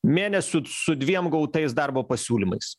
mėnesius su dviem gautais darbo pasiūlymais